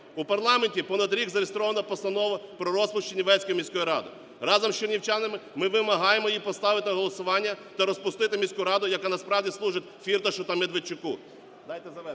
У парламенті понад рік зареєстрована Постанова про розпуск Чернівецької міської ради. Разом з Чернівчанами ми вимагаємо її поставити на голосування та розпустити міську раду, яка насправді служить Фірташу та Медведчуку. Дайте завершити